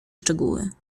szczegóły